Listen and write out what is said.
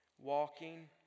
Walking